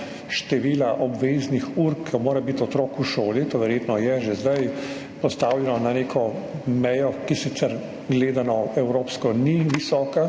števila obveznih ur, ko mora bi otrok v šoli, to verjetno je že zdaj postavljeno na neko mejo, ki sicer gledano evropsko ni visoka,